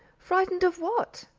frightened of what?